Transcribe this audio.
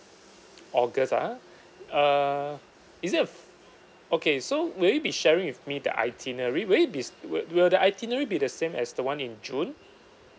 august ah uh is it okay so would you be sharing with me the itinerary would it be will will the itinerary be the same as the [one] in june